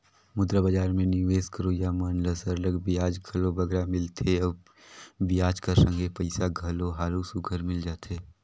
मुद्रा बजार में निवेस करोइया मन ल सरलग बियाज घलो बगरा मिलथे अउ बियाज कर संघे पइसा घलो हालु सुग्घर मिल जाथे